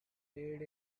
paid